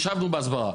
ישבנו בהסברה,